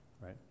right